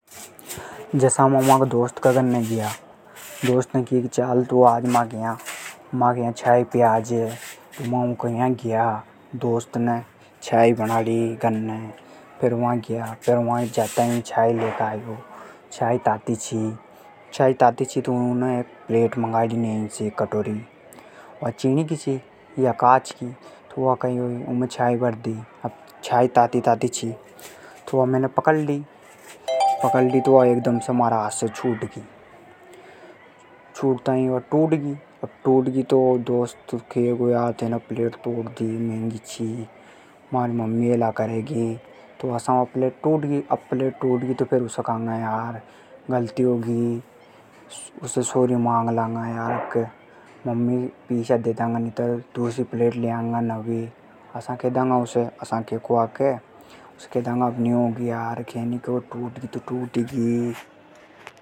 मा माका दोस्त के या गया। दोस्त ने की के चाल। माके या। मा गया तो उने चाय बनाड़ी घर ने। चाय ताती ची तो उने प्लेट मंगाई। वा कांच की छी तो चाय गरम ची। चाय डालता ही वा म्हारा हाथ से छुट गी। छूटता ही वा टूट गई। तो दोस्त नाराज होगो यार म्हारी मम्मी नाराज होगी। टूटगी तो उसे केंगा यार गलती होगी। दूसरी ले आंगा। अब टूट गी तो टूट गी।